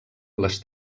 les